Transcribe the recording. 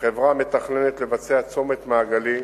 החברה מתכננת לבצע צומת מעגלי,